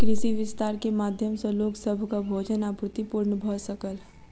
कृषि विस्तार के माध्यम सॅ लोक सभक भोजन आपूर्ति पूर्ण भ सकल